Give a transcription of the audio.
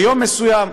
ביום מסוים,